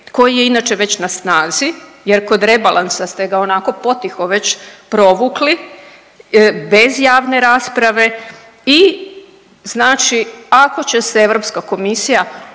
koji je inače već na snazi jer kod rebalansa ste ga onako potiho već provukli bez javne rasprave i znači ako će se Europska komisija ponovo